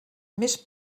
més